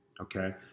Okay